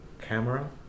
camera